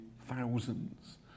thousands